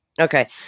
Okay